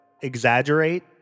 exaggerate